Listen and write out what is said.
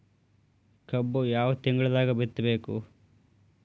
ಕಬ್ಬು ಯಾವ ತಿಂಗಳದಾಗ ಬಿತ್ತಬೇಕು?